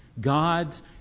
God's